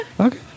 Okay